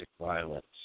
violence